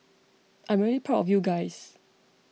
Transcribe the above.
I'm really proud of you guys